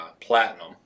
platinum